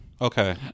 Okay